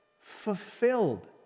fulfilled